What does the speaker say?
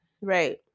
right